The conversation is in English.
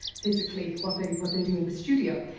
physically, what they what they do in the studio.